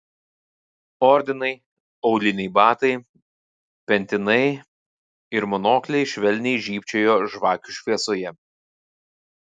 ordinai auliniai batai pentinai ir monokliai švelniai žybčiojo žvakių šviesoje